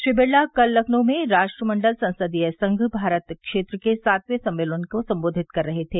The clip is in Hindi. श्री बिड़ला कल लखनऊ में राष्ट्रमंडल संसदीय संघ भारत क्षेत्र के सातवें सम्मेलन को संबोधित कर रहे थे